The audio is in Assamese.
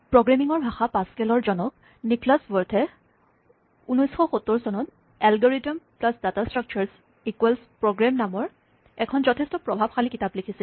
প্ৰগ্ৰেমিঙৰ ভাষা পাছকেলৰ জনক নিক্লাছ ৱৰ্ডে ১৯৭০ চনত algorithm plus data structures equals program নামৰ এখন যথেষ্ট প্ৰভাৱশালী কিতাপ লিখিছিল